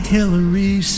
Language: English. Hillary